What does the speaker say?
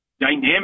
dynamic